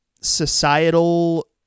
societal